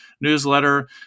newsletter